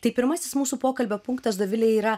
tai pirmasis mūsų pokalbio punktas dovile yra